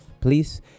Please